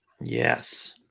Yes